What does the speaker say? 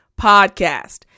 podcast